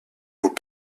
aux